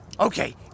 Okay